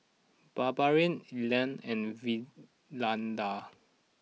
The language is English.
Barbara Elna and Valinda